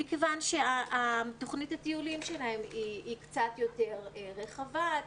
מכיוון שתוכנית הטיולים שלהם היא קצת יותר רחבה,